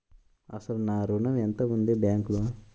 అసలు నా ఋణం ఎంతవుంది బ్యాంక్లో?